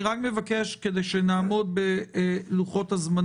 אל תדאג, עליי.